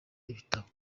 ibitabo